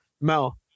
Mel